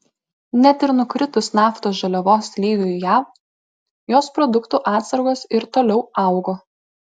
net ir nukritus naftos žaliavos lygiui jav jos produktų atsargos ir toliau augo